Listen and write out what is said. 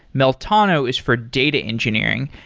meltano is for data engineering.